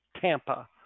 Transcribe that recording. Tampa